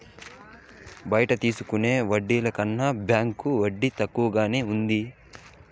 బయట తీసుకునే వడ్డీల కన్నా బ్యాంకు వడ్డీ తక్కువగానే ఉంటది